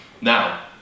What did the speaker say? now